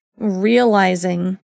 realizing